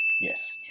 Yes